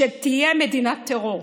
שתהיה מדינת טרור.